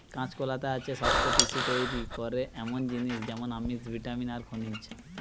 কাঁচকলাতে আছে শক্ত টিস্যু তইরি করে এমনি জিনিস যেমন আমিষ, ভিটামিন আর খনিজ